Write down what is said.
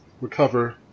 recover